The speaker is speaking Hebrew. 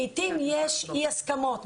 לעתים יש אי הסכמות,